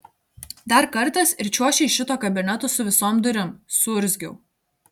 dar kartas ir čiuoši iš šito kabineto su visom durim suurzgiau